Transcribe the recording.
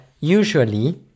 usually